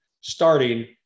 starting